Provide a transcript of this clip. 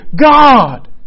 God